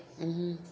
mmhmm